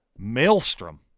Maelstrom